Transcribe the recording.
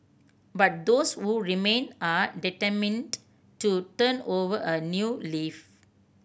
but those who remain are determined to turn over a new leaf